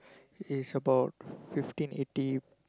is about fifteen eighty